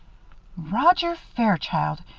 roger fairchild!